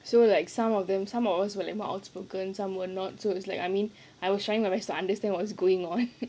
so like some of them some of us were like more outspoken some were not so it's like I mean I was trying to understand what's going on